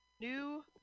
New